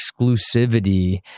exclusivity